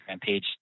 page